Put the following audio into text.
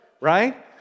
Right